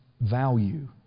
value